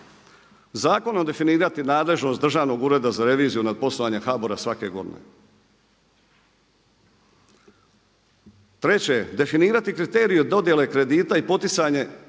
zakonom definirati nadležnost Državnog ureda za reviziju nad poslovanjem HBOR-a svake godine. Treće, definirati kriterije dodjele kredita za poticanje